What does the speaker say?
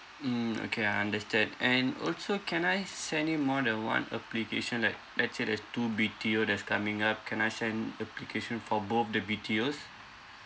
mm okay I understand and also can I send in more than one application like let's say there's two B_T_O that's coming up can I send application for both the B_T_Os